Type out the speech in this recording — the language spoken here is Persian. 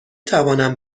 توانم